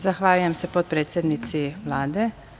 Zahvaljujem se potpredsednici Vlade.